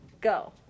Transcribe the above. go